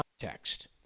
context